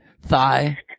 thigh